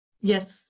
Yes